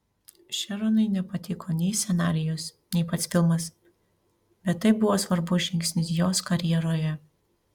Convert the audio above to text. šeronai nepatiko nei scenarijus nei pats filmas bet tai buvo svarbus žingsnis jos karjeroje